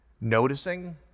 noticing